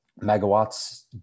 megawatts